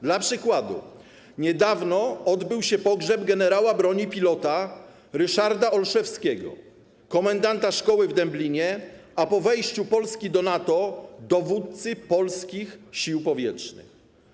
Dla przykładu niedawno odbył się pogrzeb generała broni pilota Ryszarda Olszewskiego, komendanta szkoły w Dęblinie, a po wejściu Polski do NATO dowódcy polskich Sił Powietrznych.